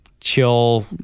chill